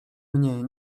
mnie